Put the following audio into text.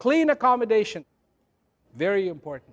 clean accommodation very important